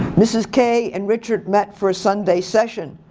mrs. k and richard met for a sunday session.